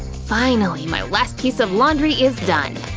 finally, my last piece of laundry is done!